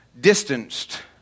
distanced